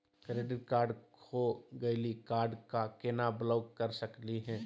Credit card खो गैली, card क केना ब्लॉक कर सकली हे?